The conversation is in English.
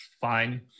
fine